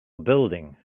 building